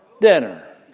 dinner